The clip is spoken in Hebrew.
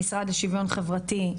המשרד לשוויון חברתי,